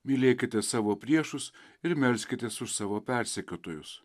mylėkite savo priešus ir melskitės už savo persekiotojus